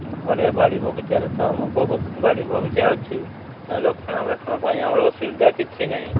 ଘରେ ବାଡ଼ି ବଗିଚାରେ ତ ଆମ ବହୁତ ବାଡ଼ି ବଗିଚା ଅଛି ରକ୍ଷଣାବେକ୍ଷଣ ପାଇଁ ଆମର ଅସୁବିଧା କିଛି ନାହିଁ